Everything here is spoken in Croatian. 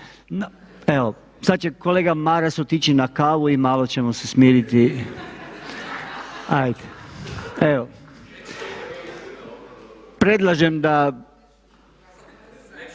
Evo, sada će kolega Maras otići na kavu i malo ćemo se smiriti. Ajde, evo. Predlažem da,